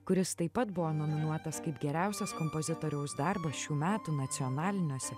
kuris taip pat buvo nominuotas kaip geriausias kompozitoriaus darbas šių metų nacionaliniuose